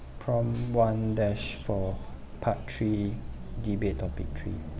prompt one dash four part three debate topic three